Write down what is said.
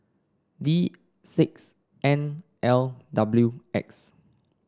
D six N L W X